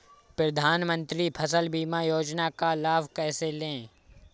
प्रधानमंत्री फसल बीमा योजना का लाभ कैसे लें?